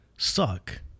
Suck